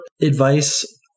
advice